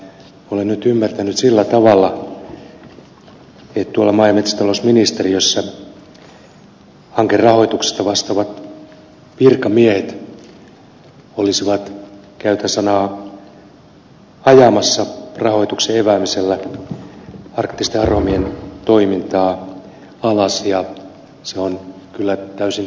olen nyt ymmärtänyt sillä tavalla että tuolla maa ja metsätalousministeriössä hankerahoituksesta vastaavat virkamiehet olisivat käytän tätä sanaa ajamassa rahoituksen eväämisellä arktisten aromien toimintaa alas ja se on kyllä täysin käsittämätön tilanne